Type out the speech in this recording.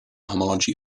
homology